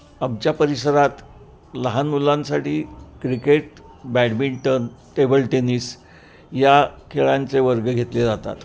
आमच्या परिसरात लहान मुलांसाठी क्रिकेट बॅडमिंटन टेबल टेनिस या खेळांचे वर्ग घेतले जातात